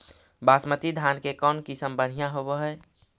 बासमती धान के कौन किसम बँढ़िया होब है?